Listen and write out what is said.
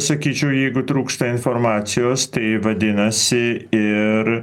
sakyčiau jeigu trūksta informacijos tai vadinasi ir